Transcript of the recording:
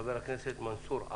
ראש חודש אב,